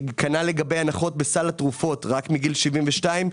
כנ"ל לגבי הנחות בסל התרופות רק מגיל 72,